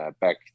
back